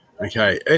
Okay